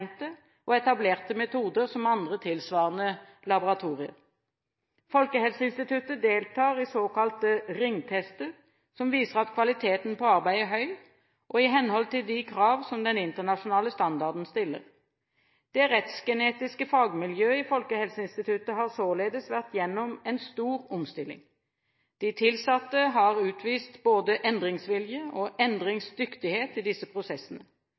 anerkjente og etablerte metoder som andre tilsvarende laboratorier. Folkehelseinstituttet deltar i såkalte ringtester som viser at kvaliteten på arbeidet er høy og i henhold til de krav som den internasjonale standarden stiller. Det rettsgenetiske fagmiljøet i Folkehelseinstituttet har således vært gjennom en stor omstilling. De tilsatte har utvist både endringsvilje og endringsdyktighet i disse prosessene.